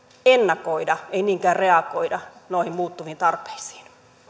ennakoida ei niinkään reagoida noihin muuttuviin tarpeisiin